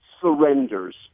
surrenders